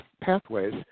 pathways